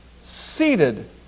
seated